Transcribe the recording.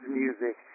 music